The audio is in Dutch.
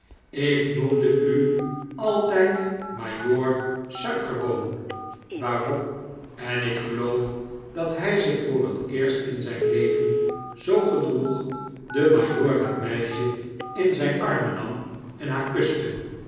ik noemde u altijd majoor suikerboon waarop enikgeloof dat hij zich voor het eerst in zijn leven zoo gedroeg de majoor het meisje in zijn armen nam en haar kuste